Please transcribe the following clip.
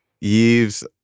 Yves